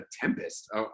tempest